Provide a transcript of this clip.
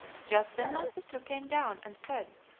just then my sister came down and said